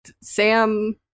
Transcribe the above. Sam